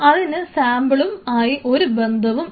അതിന് സാമ്പിളും ആയി ഒരു ബന്ധവും ഇല്ല